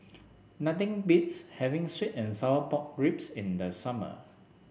nothing beats having sweet and Sour Pork Ribs in the summer